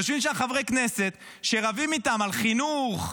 יושבים שם חברי כנסת שרבים איתם על חינוך,